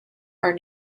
are